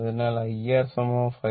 അതിനാൽ Ir 5